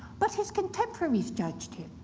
but his contemporaries judged him.